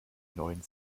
neuen